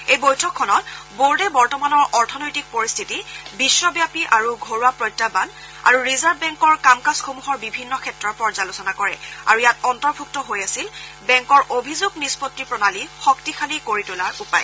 এই বৈঠকখনত বৰ্ডে বৰ্তমানৰ অৰ্থনৈতিক পৰিস্থিতি বিশ্বব্যাপী আৰু ঘৰুৱা প্ৰত্যাহান আৰু ৰিজাৰ্ভ বেংকৰ কাম কাজসমূহৰ বিভিন্ন ক্ষেত্ৰৰ পৰ্যালোচনা কৰে আৰু ইযাত অন্তৰ্ভুক্ত হৈ আছিল বেংকৰ অভিযোগ নিষ্পত্তি প্ৰণালী শক্তিশালী কৰি তোলাৰ উপায়